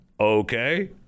Okay